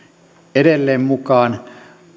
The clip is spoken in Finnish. edelleen mukaan